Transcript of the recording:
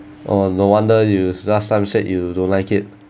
oh no wonder you last time said you don't like it